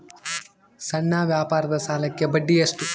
ಸಣ್ಣ ವ್ಯಾಪಾರದ ಸಾಲಕ್ಕೆ ಬಡ್ಡಿ ಎಷ್ಟು?